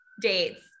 dates